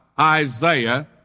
Isaiah